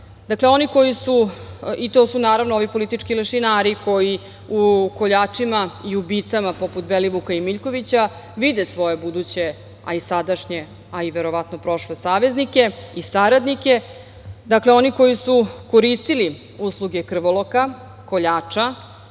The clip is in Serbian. Dakle, to su naravno ovi politički lešinari koji u koljačima i ubicama poput Belivuka i Miljkovića vide svoje buduće, a i sadašnje, a verovatno i prošle saveznike i saradnike, dakle oni koji su koristili usluge krvoloka, koljača,